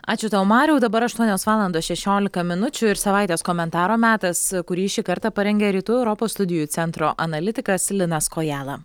ačiū tau mariau dabar aštuonios valandos šešiolika minučių ir savaitės komentaro metas kurį šį kartą parengė rytų europos studijų centro analitikas linas kojala